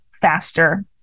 faster